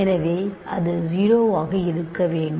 எனவே இது 0 ஆக இருக்க வேண்டும்